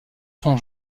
son